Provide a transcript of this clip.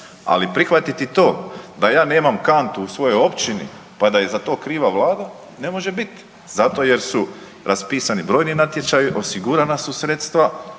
ali prihvatiti da ja nemam kantu u svojoj općini pa da je za to kriva Vlada ne može bit, zato jer su raspisani brojni natječaji, osigurana su sredstva